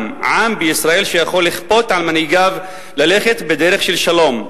גם עם בישראל שיכול לכפות על מנהיגיו ללכת בדרך של שלום.